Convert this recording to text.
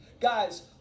Guys